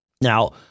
Now